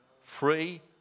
free